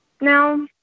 now